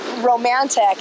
romantic